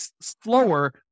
slower